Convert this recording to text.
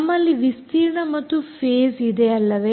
ನಮ್ಮಲ್ಲಿ ವಿಸ್ತೀರ್ಣ ಮತ್ತು ಫೇಸ್ ಇದೆ ಅಲ್ಲವೇ